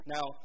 Now